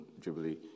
Jubilee